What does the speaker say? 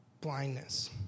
blindness